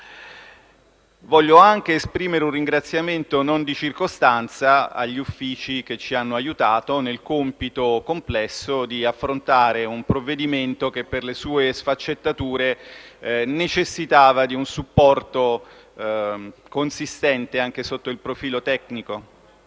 Voglio anche esprimere un ringraziamento non di circostanza agli Uffici, che ci hanno aiutato nel compito complesso di affrontare un provvedimento che, per le sue sfaccettature, necessitava di un supporto consistente, anche sotto il profilo tecnico.